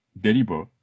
deliver